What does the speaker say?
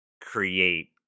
create